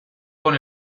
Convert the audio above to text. con